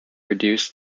reduce